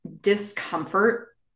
discomfort